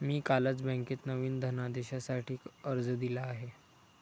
मी कालच बँकेत नवीन धनदेशासाठी अर्ज दिला आहे